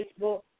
Facebook